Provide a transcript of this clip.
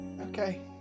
Okay